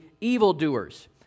evildoers